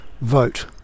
vote